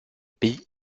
pays